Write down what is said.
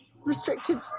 restricted